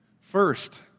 First